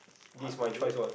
what to do